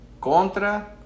contra